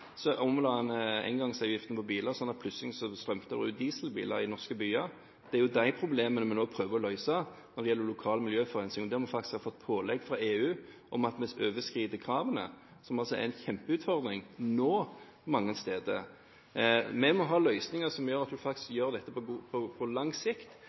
en engangsavgiften på biler, sånn at det plutselig strømmet ut dieselbiler i norske byer. Det er de problemene vi nå prøver å løse når det gjelder lokal miljøforurensning, og der vi faktisk har fått pålegg fra EU om at vi overskrider kravene, som altså er en kjempeutfordring nå mange steder. Vi må ha løsninger som gjør at en faktisk gjør dette på lang sikt,